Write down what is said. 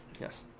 Yes